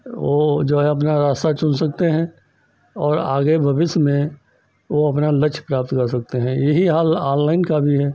वह जो है अपना रास्ता चुन सकते हैं और आगे भविष्य में वह अपना लक्ष्य प्राप्त कर सकते हैं यही हाल ऑनलाइन का भी है